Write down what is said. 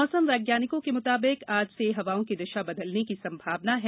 मौसम विज्ञानियों के मुताबिक आज से हवाओं की दिशा बदलने की संभावना है